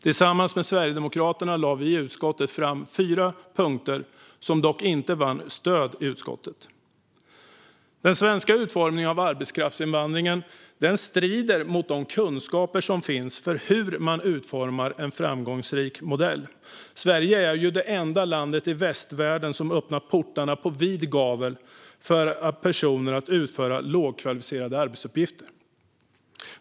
Tillsammans med Sverigedemokraterna lade vi i utskottet fram fyra punkter, som dock inte vann stöd där. Den svenska utformningen av arbetskraftsinvandringen strider mot de kunskaper som finns för hur man utformar en framgångsrik modell. Sverige är det enda land i västvärlden som öppnat portarna på vid gavel för personer att utföra lågkvalificerade arbetsuppgifter.